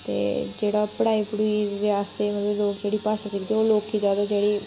ते जेह्ड़ा पढ़ाई पढ़ुई रियास्ते दे मतलब लोक जेह्ड़ी भाशा सिखदे एह् लोकी ज्यादा जेह्ड़ी